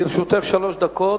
לרשותך שלוש דקות.